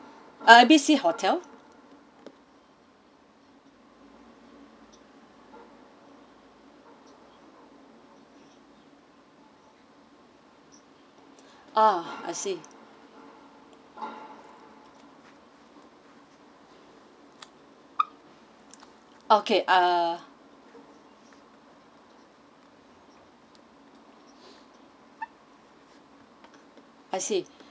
ah A B C hotel oh I see okay uh I see